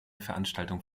veranstaltung